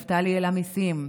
נפתלי העלה מיסים,